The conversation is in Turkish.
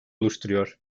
oluşturuyor